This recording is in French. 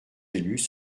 élus